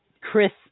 Chris